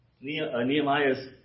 Nehemiah's